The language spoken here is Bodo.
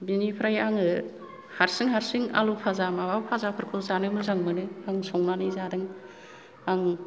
बिनिफ्राय आङो हारसिं हारसिं आलु फाजा माबा फाजाफोरखौ जानो मोजां मोनो आं संनानै जादों आं